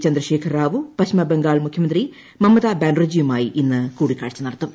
ചന്ദ്രശേഖർ റാവു പശ്ചിമ ബംഗാൾ മുഖ്യമന്ത്രി മമതാ ബാനർജിയുമായി ഇന്ന് കൂടിക്കാഴ്ച നടത്തും